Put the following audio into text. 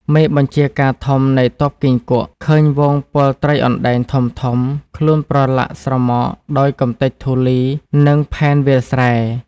មេបញ្ជការធំនៃទ័ពគីង្គក់ឃើញហ្វូងពលត្រីអណ្ដែងធំៗ ខ្លួនប្រឡាក់ស្រមកដោយ កម្ទេចធូលីនិងផែនវាលស្រែ។